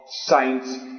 saints